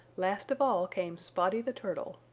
last of all came spotty the turtle.